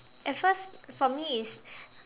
at first for me it's